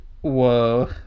Whoa